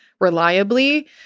reliably